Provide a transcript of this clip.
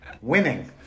winning